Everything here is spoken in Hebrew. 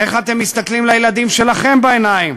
איך אתם מסתכלים לילדים שלכם בעיניים?